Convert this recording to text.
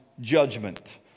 judgment